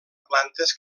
plantes